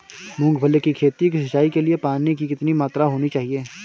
मूंगफली की खेती की सिंचाई के लिए पानी की कितनी मात्रा होनी चाहिए?